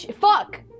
fuck